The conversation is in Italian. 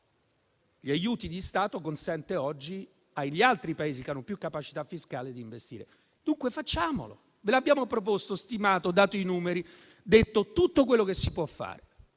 sugli aiuti di Stato consente oggi agli altri Paesi che hanno più capacità fiscale di investire, dunque facciamolo. Ve lo abbiamo proposto e stimato, vi abbiamo dato i numeri, vi abbiamo detto tutto quello che si può fare;